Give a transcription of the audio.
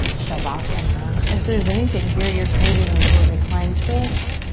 shavasana. if there's anything here you're craving, a little reclined twist,